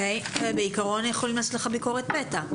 בעיקרון יכולים לעשות לך ביקורת פתע.